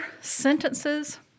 sentences